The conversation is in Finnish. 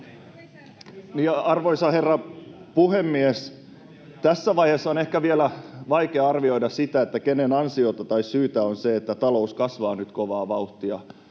Arvoisa herra puhemies! Tässä vaiheessa on ehkä vielä vaikea arvioida sitä, kenen ansiota tai syytä on se, että talous kasvaa nyt kovaa vauhtia,